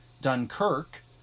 Dunkirk